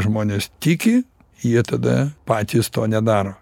žmonės tiki jie tada patys to nedaro